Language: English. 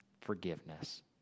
forgiveness